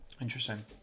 Interesting